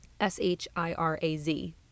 S-H-I-R-A-Z